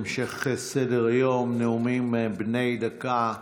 המשך סדר-היום, נאומים בני דקה.